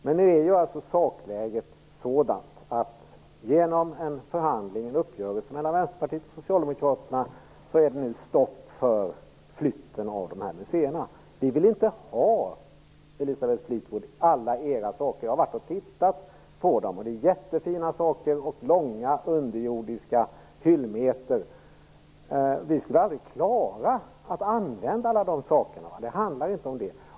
Men läget är nu sådant att det satts stopp för flytten av dessa museer genom en uppgörelse mellan Vänsterpartiet och Socialdemokraterna. Vi vill inte ha alla era saker, Elisabeth Fleetwood! Det är jättefina saker och långa underjordiska hyllmeter, men vi skulle aldrig klara att använda alla de sakerna. Det handlar inte om det.